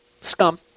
scum